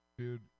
Dude